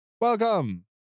welcome